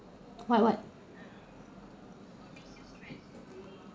what what